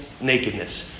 nakedness